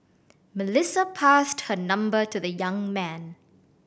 Melissa passed her number to the young man